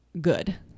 good